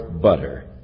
butter